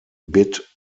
bit